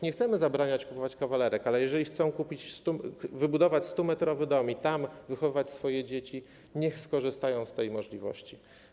Nie chcemy zabraniać kupować kawalerek, ale jeżeli chcą wybudować 100-metrowy dom i tam wychowywać swoje dzieci, niech skorzystają z tej możliwości.